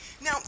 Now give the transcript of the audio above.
Now